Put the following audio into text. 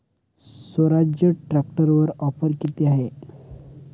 स्वराज्य ट्रॅक्टरवर ऑफर किती आहे?